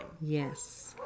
Yes